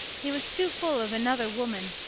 he was too full of another woman,